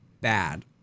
bad